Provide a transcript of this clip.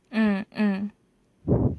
mm mm